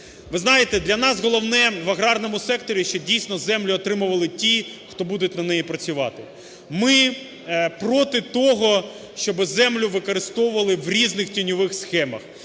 Ви знаєте, для нас головне в аграрному секторі, що дійсно землі отримували ті, хто будуть на неї працювати. Ми проти того, щоб землю використовували в різних тіньових схемах,